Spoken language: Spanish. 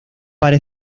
para